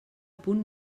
punt